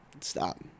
Stop